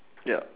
ya